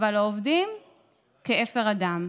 אבל העובדים כאפר אדם,